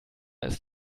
ist